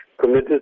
committed